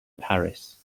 paris